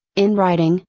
in writing,